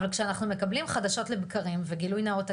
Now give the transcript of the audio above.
אבל כשאנחנו מקבלים חדשות לבקרים וגילוי נאות,